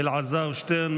אלעזר שטרן,